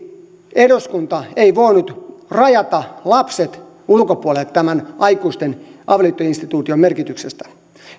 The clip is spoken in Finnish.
eduskunta ei voinut rajata lapsia ulkopuolelle tämän aikuisten avioliittoinstituution merkityksestä